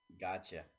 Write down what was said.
Gotcha